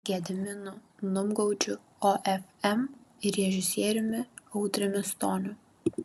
gediminu numgaudžiu ofm ir režisieriumi audriumi stoniu